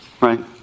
right